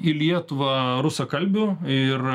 į lietuvą rusakalbių ir